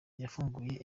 yafunguye